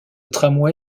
tramway